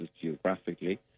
geographically